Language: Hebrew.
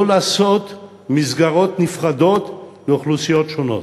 לא לעשות מסגרות נפרדות לאוכלוסיות שונות,